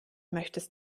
möchtest